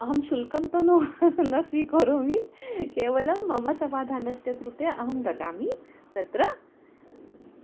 अहं शुल्कं तु न स्वीकरोमि केवलं मम समाधानस्य कृते अहं ददामि तत्र